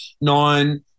Nine